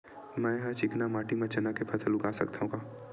मै ह चिकना माटी म चना के फसल उगा सकथव का?